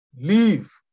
Leave